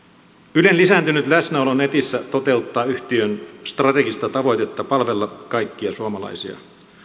ylen lisääntynyt läsnäolo netissä toteuttaa yhtiön strategista tavoitetta palvella kaikkia suomalaisia